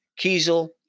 Kiesel